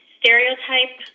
stereotype